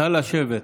נא לשבת.